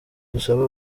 dusaba